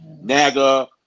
NAGA